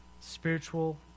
spiritual